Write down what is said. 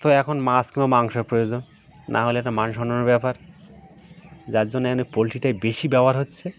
তো এখন মাছ কিংবা মাংসের প্রয়োজন না হলে একটা মান সন্মানের ব্যাপার যার জন্যে এখানে পোলট্রিটাই বেশি ব্যবহার হচ্ছে